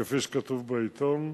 כפי שכתוב בעיתון.